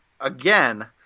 again